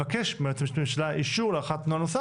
שבגינו ביקשתם מהיועץ המשפטי לממשלה אישור להארכת הנוהל.